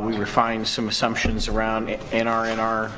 we refined some assumptions around and are in our